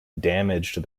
damaged